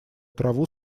траву